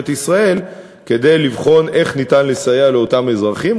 ישראל כדי לבחון איך ניתן לסייע לאותם אזרחים.